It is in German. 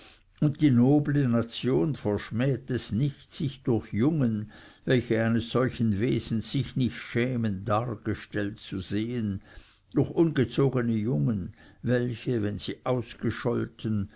und die noble nation verschmäht es nicht sich durch jungen welche eines solchen wesens sich nicht schämen dargestellt zu sehen durch ungezogene jungen welche wenn sie ausgescholten